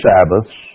Sabbaths